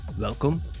Welcome